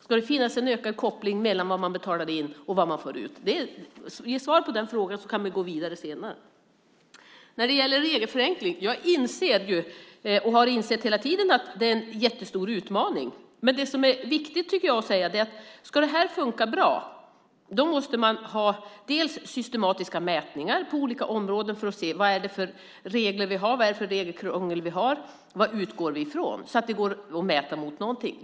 Ska det finnas en ökad koppling mellan vad man betalar in och vad man får ut? Ge svar på den frågan, så kan vi gå vidare senare! När det gäller regelförenkling inser jag, och har insett hela tiden, att det är en jättestor utmaning. Men ska det här funka bra måste man ha systematiska mätningar på olika områden för att se vad det är för regelkrångel vi har, vad vi har att utgå från, så att det går att mäta mot någonting.